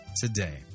today